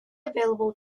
available